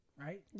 right